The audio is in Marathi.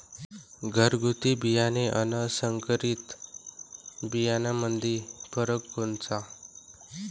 घरगुती बियाणे अन संकरीत बियाणामंदी फरक कोनचा?